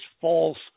false